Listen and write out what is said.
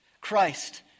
Christ